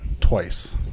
twice